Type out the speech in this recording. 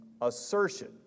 assertion